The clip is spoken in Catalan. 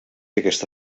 aquesta